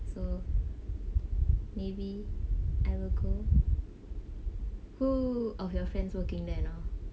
so maybe I will go who of your friends working there now